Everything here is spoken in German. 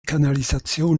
kanalisation